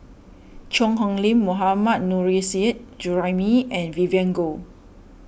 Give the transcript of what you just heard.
Cheang Hong Lim Mohammad Nurrasyid Juraimi and Vivien Goh